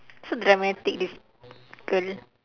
so dramatic this girl